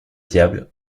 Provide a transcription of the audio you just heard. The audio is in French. diables